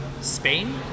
Spain